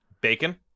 Bacon